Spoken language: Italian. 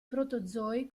protozoi